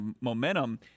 momentum